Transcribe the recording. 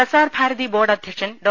Prasar Bharati board അധ്യക്ഷൻ ഡോ